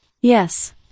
Yes